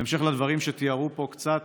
בהמשך לדברים שתיארו פה, קצת